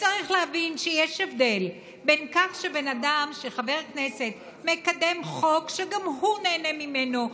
צריך להבין שיש הבדל בין כך שחבר כנסת מקדם חוק שגם הוא נהנה ממנו,